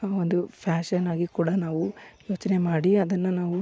ಒಂದು ಫ್ಯಾಶನಾಗಿ ಕೂಡ ನಾವು ಯೋಚನೆ ಮಾಡಿ ಅದನ್ನ ನಾವು